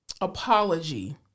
apology